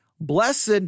Blessed